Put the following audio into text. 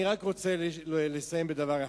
אני רק רוצה לסיים בדבר אחד,